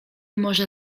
może